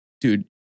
Dude